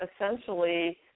essentially